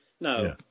No